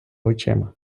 очима